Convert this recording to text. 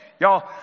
Y'all